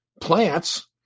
plants